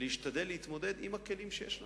להשתדל להתמודד עם הכלים שיש לנו.